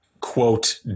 quote